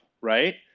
right